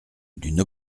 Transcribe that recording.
d’une